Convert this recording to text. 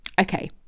Okay